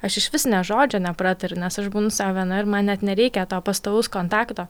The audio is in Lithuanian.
aš išvis nė žodžio nepratariu nes aš būnu sau viena ir man net nereikia to pastovaus kontakto